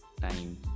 time